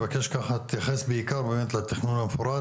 אני מבקש ככה שתתייחס בעיקר באמת לתכנון המפורט